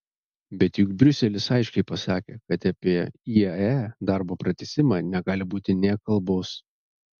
bet juk briuselis aiškiai pasakė kad apie iae darbo pratęsimą negali būti nė kalbos